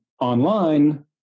online